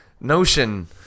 notion